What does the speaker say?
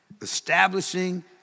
establishing